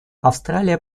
австралия